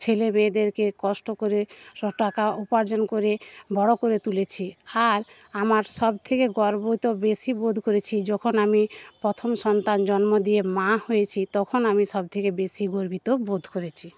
ছেলেমেয়েদেরকে কষ্ট করে টাকা উপার্জন করে বড়ো করে তুলেছি আর আমার সব থেকে গর্ব তো বেশী বোধ করেছি যখন আমি প্রথম সন্তান জন্ম দিয়ে মা হয়েছি তখন আমি সব থেকে বেশী গর্বিত বোধ করেছি